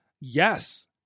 Yes